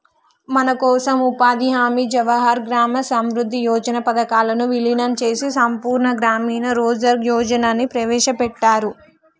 మనకోసం ఉపాధి హామీ జవహర్ గ్రామ సమృద్ధి యోజన పథకాలను వీలినం చేసి సంపూర్ణ గ్రామీణ రోజ్గార్ యోజనని ప్రవేశపెట్టారు